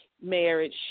marriage